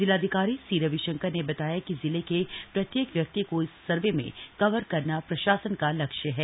जिलाधिकारी सी रविशंकर ने बताया कि जिले के प्रत्येक व्यक्ति को इस सर्वे में कवर करना प्रशासन का लक्ष्य है